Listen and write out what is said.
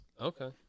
Okay